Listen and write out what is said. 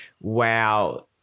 wow